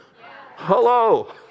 Hello